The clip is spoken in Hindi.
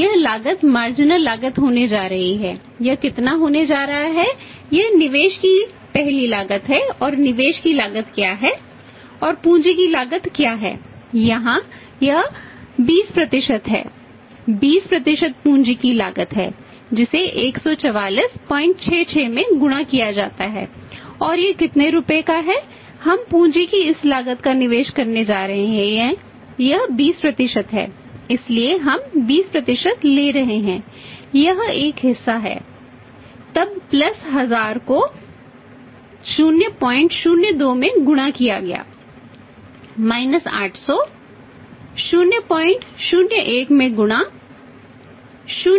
और जब आप मार्जिनल 800 001 में गुणा 080 से गुणा किया गया क्योंकि लागत 80 है